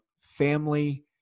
family